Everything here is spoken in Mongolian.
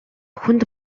хүнд